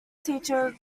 teacher